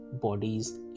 bodies